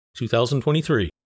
2023